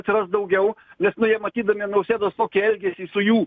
atsiras daugiau nes nu jie matydami nausėdos tokį elgesį su jų